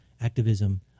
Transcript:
activism